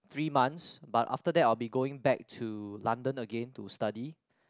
three months but after that I'll be going back to London again to study